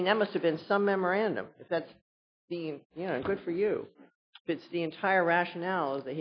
i mean that must have been some memorandum if that's being you know good for you but for the entire rationale